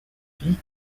fille